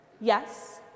yes